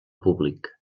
públic